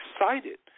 excited